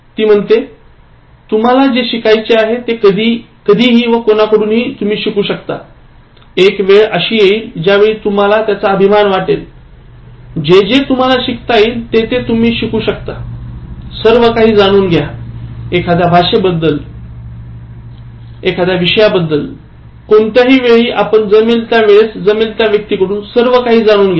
ती म्हणते"तुम्हाला जे शिकायचे आहे ते कधी हि व कोणाकडून हि तुम्ही शिकू शकता एक वेळ अशी येईल ज्यावेळी तुम्हाला त्याचा अभिमान वाटेलजे जे तुम्हाला शिकता येईल ते ते तुम्ही शिकू शकतासर्वकाही जाणून घ्या एखाद्या भाषेबद्दल एखाद्या विषयाबद्दल कोणत्याही वेळी आपण जमेल त्या वेळेस जमेल त्या व्यक्तीकडून सर्व काही जाणून घ्या